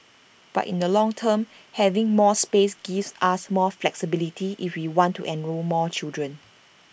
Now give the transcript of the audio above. but in the long term having more space gives us more flexibility if we want to enrol more children